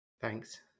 Thanks